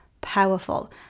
powerful